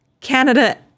Canada